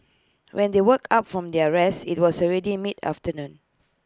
when they woke up from their rest IT was already mid afternoon